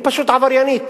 היא פשוט עבריינית.